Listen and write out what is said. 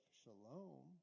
shalom